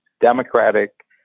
democratic